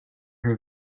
her